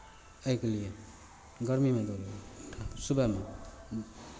एहिके लिए गरमीमे दौड़ू सुबहमे